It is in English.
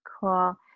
Cool